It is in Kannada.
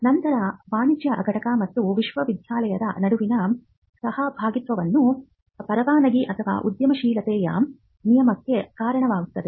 ನಂತರ ವಾಣಿಜ್ಯ ಘಟಕ ಮತ್ತು ವಿಶ್ವವಿದ್ಯಾಲಯದ ನಡುವಿನ ಸಹಭಾಗಿತ್ವವು ಪರವಾನಗಿ ಅಥವಾ ಉದ್ಯಮಶೀಲತೆಯ ನಿಯಮಕ್ಕೆ ಕಾರಣವಾಗುತ್ತದೆ